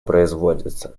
производится